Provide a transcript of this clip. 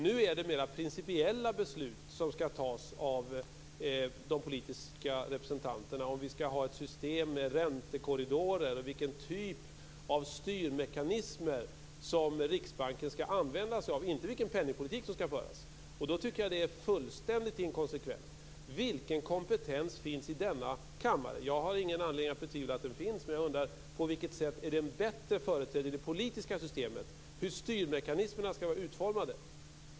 Nu är det mera principiella beslut som skall fattas av de politiska representanterna, t.ex. om vi skall ha ett system med räntekorridorer och vilken typ av styrmekanismer som Riksbanken skall använda sig av, inte vilken penningpolitik som skall föras. Då tycker jag att det Lars Bäckström säger är fullständigt inkonsekvent. Vilken kompetens finns i denna kammare? Jag har ingen anledning att betvivla att den finns, men jag undrar: På vilket sätt är den bättre företrädd i det politiska systemet när det gäller hur styrmekanismerna skall vara utformade?